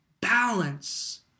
balance